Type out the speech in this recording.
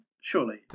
Surely